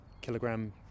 kilogram